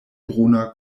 bruna